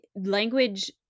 language